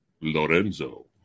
Lorenzo